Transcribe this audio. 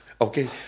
Okay